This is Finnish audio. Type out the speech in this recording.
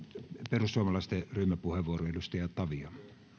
perussuomalaisten ryhmäpuheenvuoro edustaja tavio